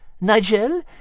Nigel